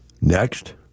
Next